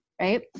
Right